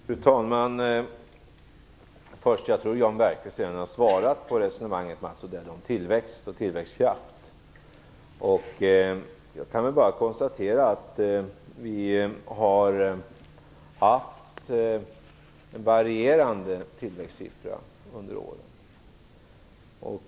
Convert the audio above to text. Fru talman! Jag tror nog att Jan Bergqvist redan har svarat på resonemanget om tillväxt och tillväxtkraft, Mats Odell. Jag kan väl bara konstatera att vi har haft varierande tillväxtsiffror under åren.